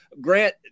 Grant